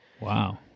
Wow